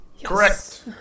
Correct